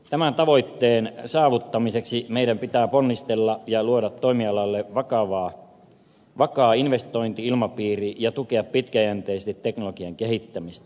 tämän tavoitteen saavuttamiseksi meidän pitää ponnistella ja luoda toimialalle vakaa investointi ilmapiiri ja tukea pitkäjänteisesti teknologian kehittämistä